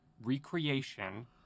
recreation